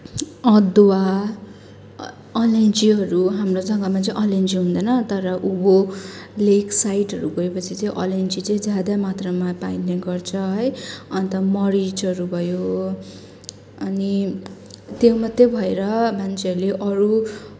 अदुवा अलैँचीहरू हाम्रो जग्गामा चाहिँ अलैँची हुँदैन तर उँभो लेकसाइडहरू गएपछि चाहिँ अलैँची चाहिँ ज्यादा मात्रामा पाइने गर्छ है अन्त मरीचहरू भयो अनि त्यो मात्र भएर मान्छेहरूले अरू